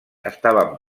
estaven